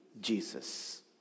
Jesus